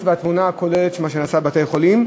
והתמונה הכוללת של מה שנעשה בבתי-חולים.